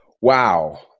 Wow